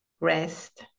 rest